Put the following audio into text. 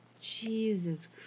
Jesus